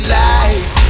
life